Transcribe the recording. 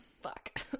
fuck